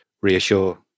reassure